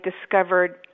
discovered